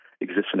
exists